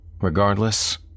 Regardless